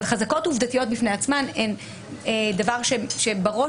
אבל חזקות עובדתיות בפני עצמן הן דבר שבראש